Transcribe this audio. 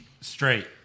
Straight